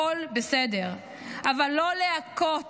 הכול בסדר אבל לא להכות